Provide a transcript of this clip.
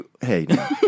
hey